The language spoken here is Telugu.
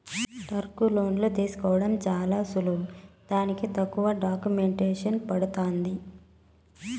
టర్ములోన్లు తీసుకోవడం చాలా సులువు దీనికి తక్కువ డాక్యుమెంటేసన్ పడతాంది